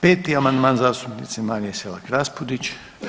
5. amandman zastupnice Marije SElak RAspudić.